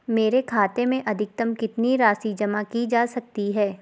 मेरे खाते में अधिकतम कितनी राशि जमा की जा सकती है?